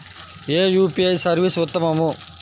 ఏ UPI service ఉత్తమము?